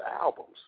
albums